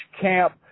camp